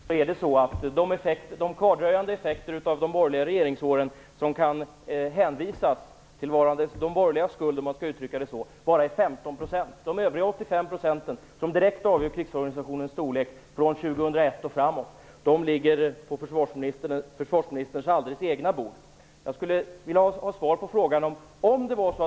Herr talman! När det gäller krigsorganisationens långsiktiga dimensionering uppgår de kvardröjande effekterna av de borgerliga regeringsåren som kan hänvisas till de borgerligas ansvar till 15 %. De övriga 85 % som direkt avgör krigsorgansiationens storlek från år 2001 och framåt ligger på försvarsministerns alldeles egna bord. Jag skulle vilja ha svar på min fråga.